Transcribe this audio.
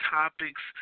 topics